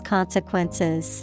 Consequences